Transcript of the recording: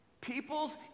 People's